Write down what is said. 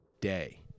day